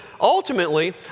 ultimately